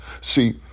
See